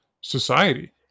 society